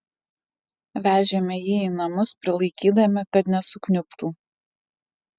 vežėme jį į namus prilaikydami kad nesukniubtų